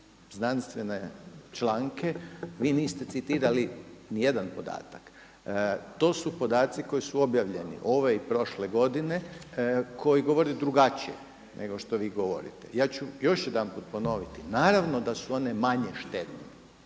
znanstvene članke, vi niste citirali nijedan podatak. To su podaci koji su objavljeni ove i prošle godine koji govore drugačije nego što vi govorite. Ja ću još jedanput ponoviti, naravno da su one manje štetne